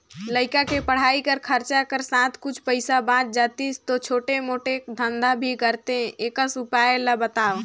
लइका के पढ़ाई कर खरचा कर साथ कुछ पईसा बाच जातिस तो छोटे मोटे धंधा भी करते एकस उपाय ला बताव?